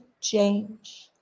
change